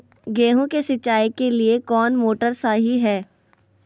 गेंहू के सिंचाई के लिए कौन मोटर शाही हाय?